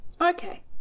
Okay